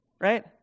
Right